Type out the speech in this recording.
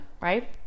right